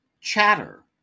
Chatter